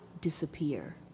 disappear